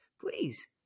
please